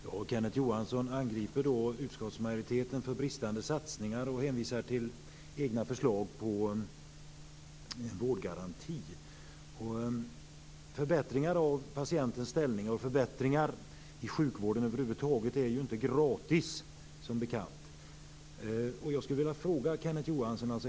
Fru talman! Kenneth Johansson anklagar utskottsmajoriteten för bristande satsningar och hänvisar till egna förslag om en vårdgaranti. Förbättringar av patientens ställning och i sjukvården över huvud taget är inte gratis, som bekant. Jag skulle vilja ställa en fråga till Kenneth Johansson.